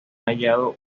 hallado